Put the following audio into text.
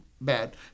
bad